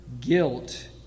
guilt